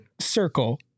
circle